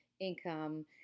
income